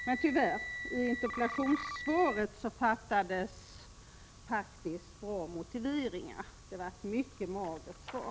Men bra motiveringar saknades tyvärr i interpellationssvaret. Det var ett mycket magert svar.